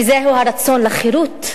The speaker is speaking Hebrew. וזהו הרצון לחירות,